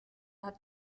are